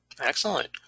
excellent